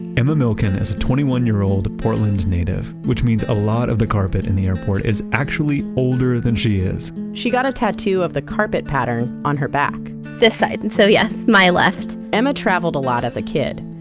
emma milkin is a twenty one year old portland's native, which means a lot of the carpet in the airport is actually older than she is she got a tattoo of the carpet pattern on her back this side, and so yes, my left emma traveled a lot as a kid.